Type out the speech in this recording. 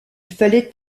fallait